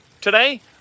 Today